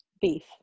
beef